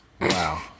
Wow